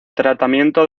tratamiento